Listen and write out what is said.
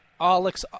Alex